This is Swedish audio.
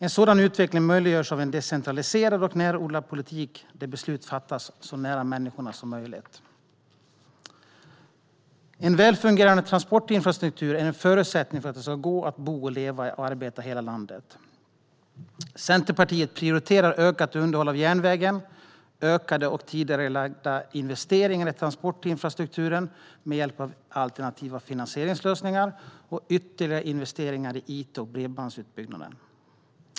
En sådan utveckling möjliggörs av en decentraliserad och närodlad politik, där beslut fattas så nära människorna som möjligt. En välfungerande transportinfrastruktur är en förutsättning för att det ska gå att bo, leva och arbeta i hela landet. Centerpartiet prioriterar ökat underhåll av järnvägen, ökade och tidigarelagda investeringar i transportinfrastrukturen med hjälp av alternativa finansieringslösningar och ytterligare investeringar i it och bredbandsutbyggnad.